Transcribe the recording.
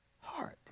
heart